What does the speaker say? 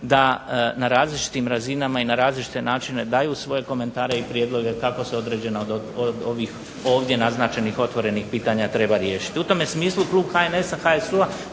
da na različitim razinama i na različite načine daju svoje komentare i prijedloge kako se određene ovih ovdje naznačenih otvorenih pitanja treba riješiti. U tome smislu klub HNS-HSU-a